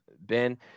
Ben